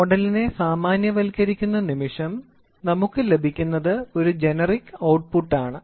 മോഡലിനെ സാമാന്യവൽക്കരിക്കുന്ന നിമിഷം നമുക്ക് ലഭിക്കുന്നത് ഒരു ജനറിക് ഔട്ട്പുട്ടാണ്